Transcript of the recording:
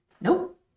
Nope